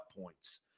points